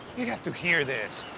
you have to hear this.